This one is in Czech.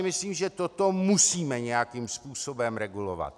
Myslím si, že toto musíme nějakým způsobem regulovat!